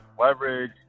leverage